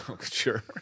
Sure